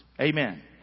Amen